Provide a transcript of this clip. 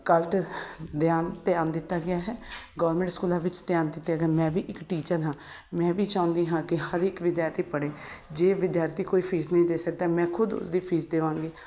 colt ਦਿਆਨ ਧਿਆਨ ਦਿੱਤਾ ਗਿਆ ਹੈ ਗਵਰਮੈਂਟ ਸਕੂਲਾਂ ਵਿੱਚ ਧਿਆਨ ਦਿੱਤੇ ਗਏ ਮੈਂ ਵੀ ਇੱਕ ਟੀਚਰ ਹਾਂ ਮੈਂ ਵੀ ਚਾਹੁੰਦੀ ਹਾਂ ਕਿ ਹਰ ਇੱਕ ਵਿਦਿਆਰਥੀ ਪੜ੍ਹੇ ਜੇ ਵਿਦਿਆਰਥੀ ਕੋਈ ਫੀਸ ਨਹੀਂ ਦੇ ਸਕਦਾ ਮੈਂ ਖੁਦ ਉਸਦੀ ਫੀਸ ਦੇਵਾਂਗੀ